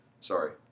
Sorry